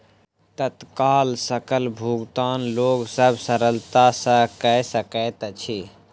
तत्काल सकल भुगतान लोक सभ सरलता सॅ कअ सकैत अछि